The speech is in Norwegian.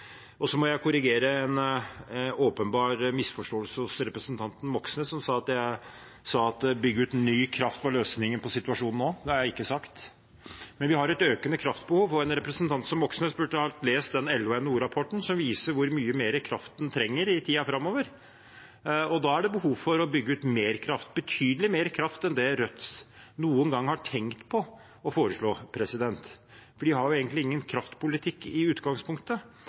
Så må jeg korrigere en åpenbar misforståelse hos representanten Moxnes, som sa at jeg sa at å bygge ut ny kraft var løsningen på situasjonen nå. Det har jeg ikke sagt. Men vi har et økende kraftbehov, og en representant som Moxnes burde ha lest den LO- og NHO-rapporten som viser hvor mye mer kraft en trenger i tiden framover. Da er det behov for å bygge ut mer kraft, betydelig mer kraft enn det Rødt noen gang har tenkt på å foreslå, for de har egentlig ingen kraftpolitikk i utgangspunktet.